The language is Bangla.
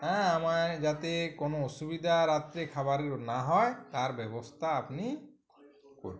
হ্যাঁ আমায় যাতে কোনো অসুবিদা রাত্রে খাবারের না হয় তার ব্যবস্থা আপনি করুন